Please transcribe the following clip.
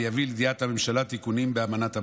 ויביא לידיעת הממשלה תיקונים באמנת הבנק.